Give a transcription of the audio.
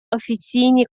офіційні